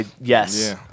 Yes